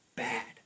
bad